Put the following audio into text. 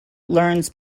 learns